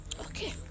Okay